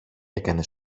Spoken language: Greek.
έκανε